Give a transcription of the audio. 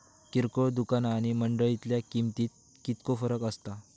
किरकोळ दुकाना आणि मंडळीतल्या किमतीत कितको फरक असता?